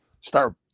start